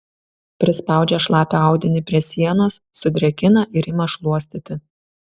prispaudžia šlapią audinį prie sienos sudrėkina ir ima šluostyti